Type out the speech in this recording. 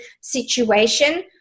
situation